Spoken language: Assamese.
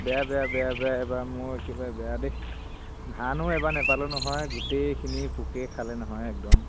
বেয়া বেয়া বেয়া বেয়া এইবাৰ মোৰ একেবাৰে বেয়া দেই ধানো এইবাৰ নেপালোঁ নহয় গোটেইখিনি পোকে খালে নহয় একদম